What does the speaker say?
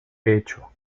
pecho